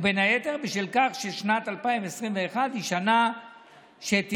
ובין היתר בשל כך ששנת 2021 היא שנה שתתנהל